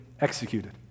executed